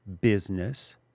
business